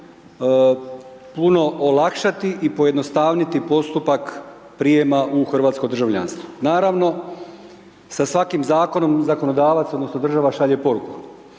puno olakšati i pojednostavniti postupak prijema u hrvatsko državljanstvo. Naravno sa svakim zakonom, zakonodavac, odnosno država šalje poruku.